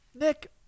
Nick